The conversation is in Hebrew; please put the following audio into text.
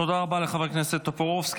תודה רבה לחבר הכנסת טופורובסקי.